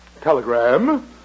Telegram